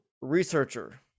researcher